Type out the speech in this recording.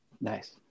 Nice